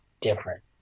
different